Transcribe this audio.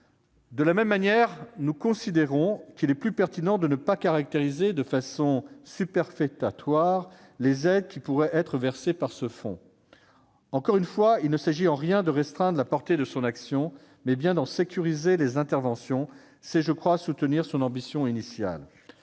De la même manière, nous considérons qu'il est plus pertinent de ne pas caractériser de façon superfétatoire les aides qui pourraient être versées par le biais du fonds. Encore une fois, il ne s'agit en rien de restreindre la portée de l'action de celui-ci : l'objectif est bien d'en sécuriser les interventions. C'est, je crois, soutenir son ambition initiale.